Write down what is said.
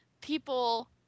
people